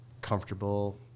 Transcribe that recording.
comfortable